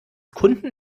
kunden